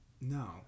No